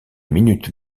minute